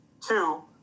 Two